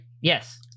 Yes